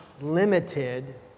limited